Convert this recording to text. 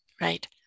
Right